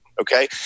okay